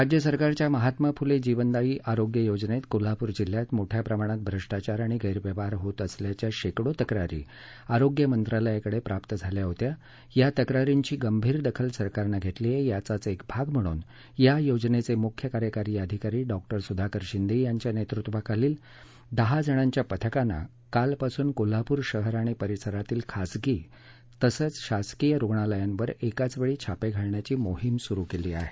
राज्य सरकारच्या महात्मा फुले जीवनदायी आरोग्य योजनेत कोल्हापूर जिल्ह्यात मोठ्या प्रमाणात भ्रष्टाचार आणि गृख्यिवहार होत असल्याच्या शेकडो तक्रारी आरोग्य मंत्रालयाकडे प्राप्त झाल्या होत्या या तक्रारींची गंभीर दखल सरकारनं घेतली आहे याचाच एक भाग म्हणून या योजनेचे मुख्य कार्यकारी अधिकारी डॉक्टर सुधाकर शिंदे यांच्या नेतृत्वाखालील दहा जणांच्या पथकाने कालपासून कोल्हापूर शहर आणि परिसरातील खासगी तसंच शासकीय रुग्णालयावर एकाच वेळी छापे घालण्याची मोहीम सुरू केली आहे